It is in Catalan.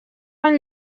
van